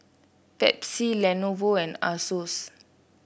Pepsi Lenovo and Asos